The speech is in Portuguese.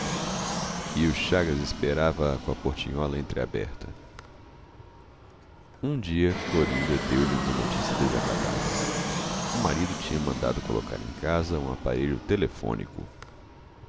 e o chagas esperava-a com a portinhola entreaberta um dia clorinda deu-lhe uma notícia desagradável o marido tinha mandado colocar em casa um aparelho telefónico